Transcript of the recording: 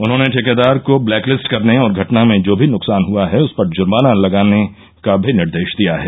उन्होंने ठेकेदार को ब्लैकलिस्ट करने और घटना में जो भी नुकसान हुआ है उस पर जुर्माना लगाने का भी निर्देश दिया है